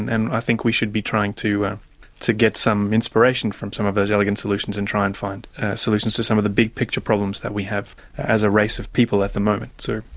and i think we should be trying to to get some inspiration from some of those elegant solutions and try and find solutions to some of the big picture problems that we have as a race of people at the moment. so,